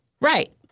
Right